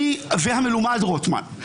והמלומד רוטמן,